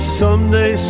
someday